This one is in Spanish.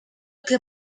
que